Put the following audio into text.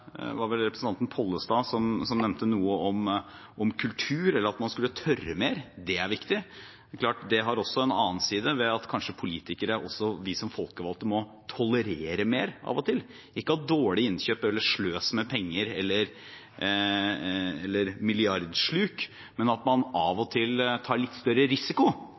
Pollestad som nevnte noe om kultur, eller at man skal tørre mer – det er viktig. Det har også en annen side, ved at vi som politikere og folkevalgte kanskje må tolerere mer av og til. Ikke at man skal ha dårlige innkjøp, sløse med penger eller ha milliardsluk, men at man av og til tar litt større risiko,